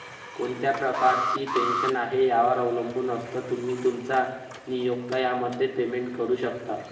कोणत्या प्रकारची पेन्शन आहे, यावर अवलंबून असतं, तुम्ही, तुमचा नियोक्ता यामध्ये पेमेंट करू शकता